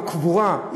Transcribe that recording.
הקבורה,